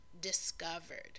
discovered